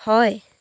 হয়